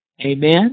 Amen